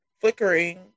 flickering